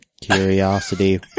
Curiosity